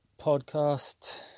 Podcast